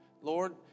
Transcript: Lord